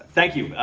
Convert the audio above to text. thank you,